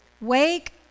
wake